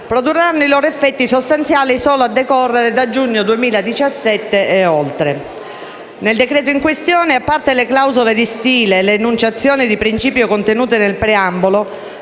produrranno i loro effetti sostanziali solo a decorrere da giugno 2017 e oltre. Nel decreto-legge in questione, a parte le clausole di stile e le enunciazioni di principio contenute nel preambolo,